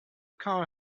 car